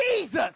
Jesus